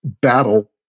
battle